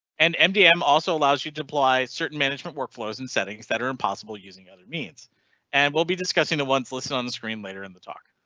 an mdm also allows you to apply certain management workflows in settings that are impossible using other means and will be discussing the ones listed on the screen later in the talk.